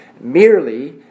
merely